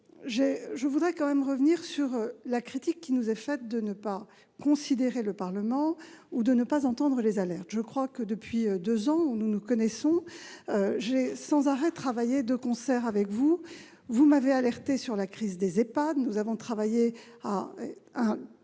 Je reviendrai sur la critique qui nous est faite de ne pas considérer le Parlement ou de ne pas entendre ses alertes. Depuis deux ans que nous nous connaissons, j'ai sans arrêt travaillé de concert avec vous. Vous m'avez alertée sur la crise des Ehpad, nous avons travaillé à un